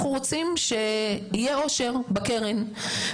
אנחנו רוצים שיהיה עושר בקרן.